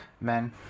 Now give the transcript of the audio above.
men